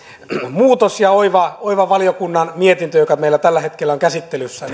muutos ja oiva oiva valiokunnan mietintö joka meillä tällä hetkellä on käsittelyssä